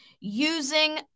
using